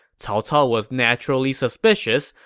cao cao was naturally suspicious,